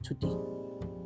today